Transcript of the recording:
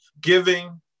giving